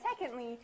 secondly